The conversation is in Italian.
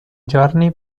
giorni